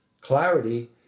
clarity